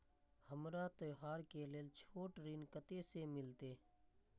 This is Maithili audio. हमरा त्योहार के लेल छोट ऋण कते से मिलते?